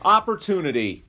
Opportunity